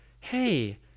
hey